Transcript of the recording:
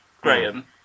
Graham